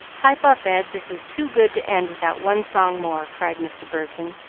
pipe up, ed, this is too good to end without one song more, cried mr. burton,